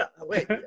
Wait